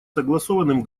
согласованным